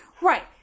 Right